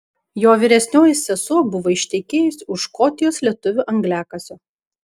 jo vyresnioji sesuo buvo ištekėjusi už škotijos lietuvio angliakasio